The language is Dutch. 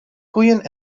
koeien